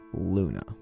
Luna